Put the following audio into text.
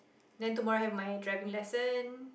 then tomorrow I have my driving lesson